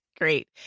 Great